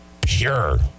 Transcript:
pure